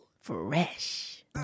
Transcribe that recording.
Fresh